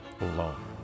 alone